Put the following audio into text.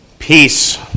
Peace